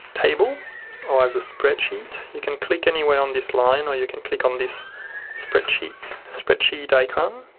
table or as a spreadsheet, you can click anywhere on this line or you can click on this spreadsheet spreadsheet icon,